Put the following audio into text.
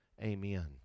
amen